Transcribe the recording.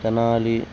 Tenali